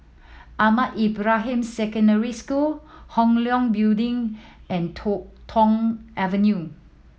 Ahmad Ibrahim Secondary School Hong Leong Building and Tong Avenue